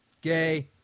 gay